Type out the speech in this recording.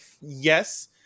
Yes